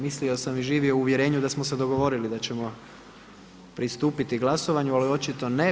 Mislio sam i živio u uvjerenju da smo se dogovorili da ćemo pristupiti glasovanju, ali očito ne.